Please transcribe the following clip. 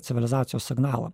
civilizacijos signalą